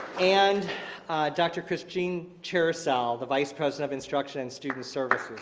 and dr. christine chairsell, the vice president of instruction and student sort of